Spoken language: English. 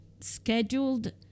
scheduled